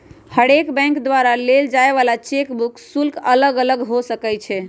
हरेक बैंक द्वारा लेल जाय वला चेक बुक शुल्क अलग अलग हो सकइ छै